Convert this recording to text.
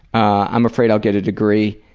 i'm afraid i'll get a degree,